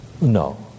no